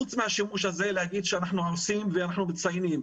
חוץ מהשימוש הזה להגיד שאנחנו עושים ואנחנו מציינים,